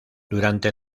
durante